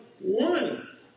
one